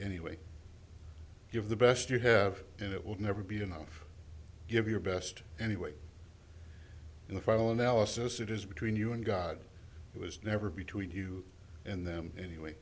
anyway give the best you have and it will never be enough give your best anyway in the final analysis it is between you and god it was never between you and them anyway